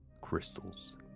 Crystals